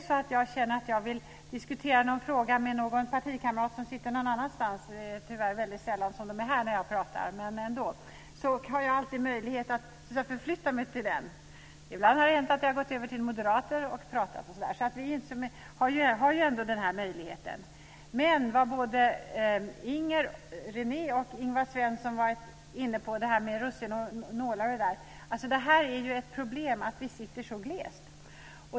Om jag känner att jag vill diskutera en fråga med någon partikamrat som sitter någon annanstans - tyvärr är de väldigt sällan här när jag pratar, men ändå - så har jag alltid möjlighet att förflytta mig till honom eller henne. Ibland har det hänt att jag har gått över till moderater och pratat osv. Vi har ändå den här möjligheten. Både Inger René och Ingvar Svensson var inne på det där med russin och nålar osv. Det är ett problem att vi sitter så glest.